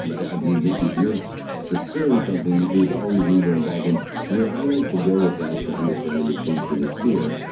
but i i believe that if you're pursuing something, there's always ego involved. and where i like to go with that to understand the distinction is fear.